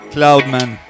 Cloudman